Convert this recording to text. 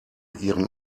ihren